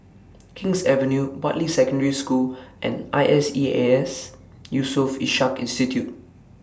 King's Avenue Bartley Secondary School and I S E A S Yusof Ishak Institute